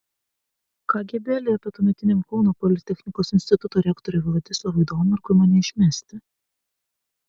kgb liepė tuometiniam kauno politechnikos instituto rektoriui vladislavui domarkui mane išmesti